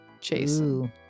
jason